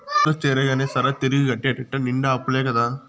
అందుల చేరగానే సరా, తిరిగి గట్టేటెట్ట నిండా అప్పులే కదా